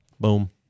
Boom